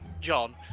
John